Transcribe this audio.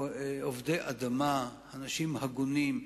עובדי אדמה, אנשים הגונים,